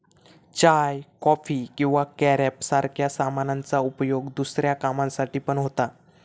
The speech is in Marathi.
चाय, कॉफी किंवा कॅरब सारख्या सामानांचा उपयोग दुसऱ्या कामांसाठी पण होता